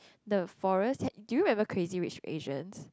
the forest ha~ do you remember Crazy Rich Asians